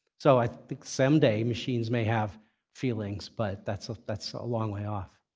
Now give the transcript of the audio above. so i think someday, machines may have feelings, but that's ah that's a long way off.